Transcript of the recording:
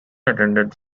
attended